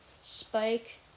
Spike